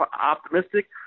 optimistic